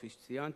כפי שציינת,